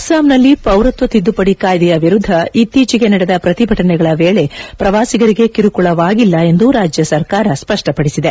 ಅಸ್ತಾಂನಲ್ಲಿ ಪೌರತ್ನ ತಿದ್ಲುಪಡಿ ಕಾಯ್ಲೆಯ ವಿರುದ್ದ ಇತ್ತೀಚೆಗೆ ನಡೆದ ಪ್ರತಿಭಟನೆಗಳ ವೇಳೆ ಪ್ರವಾಸಿಗರಿಗೆ ಕಿರುಕುಳವಾಗಿಲ್ಲ ಎಂದು ರಾಜ್ಯ ಸರ್ಕಾರ ಸಪ್ಪಪಡಿಸಿದೆ